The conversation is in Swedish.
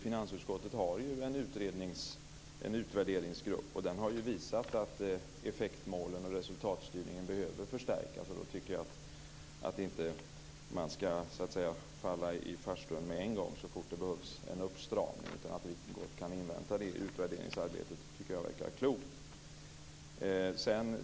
Finansutskottet har en utvärderingsgrupp, och den har ju visat att effektmålen och resultatstyrningen behöver förstärkas. Då ska man inte falla i farstun med en gång så fort det behövs en uppstramning. Vi kan gott invänta det utvärderingsarbetet. Det tycker jag verkar klokt.